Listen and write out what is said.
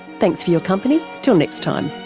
thanks for your company, till next time